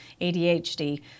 ADHD